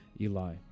Eli